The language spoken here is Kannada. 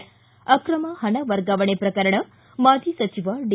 ಿ ಅಕ್ರಮ ಹಣ ವರ್ಗಾವಣೆ ಪ್ರಕರಣ ಮಾಜಿ ಸಚಿವ ಡಿ